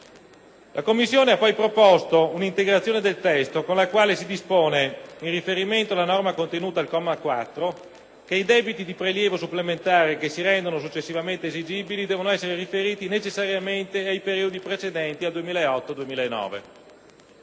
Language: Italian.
La Commissione ha poi proposto un'integrazione del testo, con la quale si dispone, in riferimento alla norma contenuta al comma 4, che i debiti di prelievo supplementare che si rendono successivamente esigibili devono essere riferiti necessariamente ai periodi precedenti al 2008-2009.